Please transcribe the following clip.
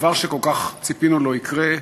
הדבר שכל כך ציפינו לו יקרה,